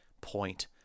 point